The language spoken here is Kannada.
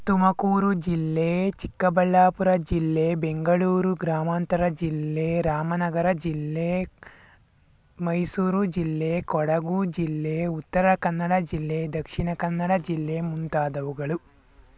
ತುಮಕೂರು ಜಿಲ್ಲೆ ಚಿಕ್ಕಬಳ್ಳಾಪುರ ಜಿಲ್ಲೆ ಬೆಂಗಳೂರು ಗ್ರಾಮಾಂತರ ಜಿಲ್ಲೆ ರಾಮನಗರ ಜಿಲ್ಲೆ ಮೈಸೂರು ಜಿಲ್ಲೆ ಕೊಡಗು ಜಿಲ್ಲೆ ಉತ್ತರ ಕನ್ನಡ ಜಿಲ್ಲೆ ದಕ್ಷಿಣ ಕನ್ನಡ ಜಿಲ್ಲೆ ಮುಂತಾದವುಗಳು